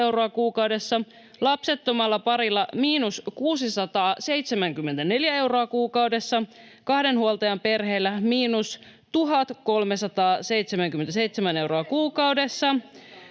lapsettomilla pareilla miinus 348 euroa kuukaudessa, kahden huoltajan perheillä miinus 379 euroa kuukaudessa